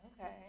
Okay